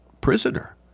prisoner